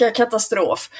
katastrof